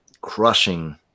crushing